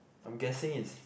I'm guessing is